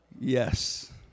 Yes